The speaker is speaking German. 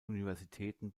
universitäten